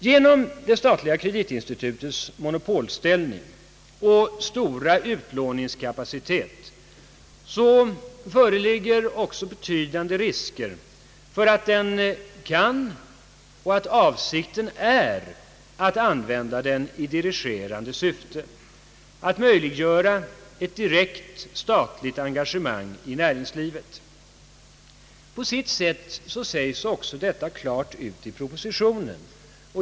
Genom det statliga kreditinstitutets monopolställning och stora utlåningskapacitet föreligger också betydande risker för att det kan användas — och avsikten kan vara att göra det — i dirigerande syfte och för att möjliggöra ett direkt statligt engagemang i näringslivet. Detta sägs också på sitt sätt klart ut i propositionen.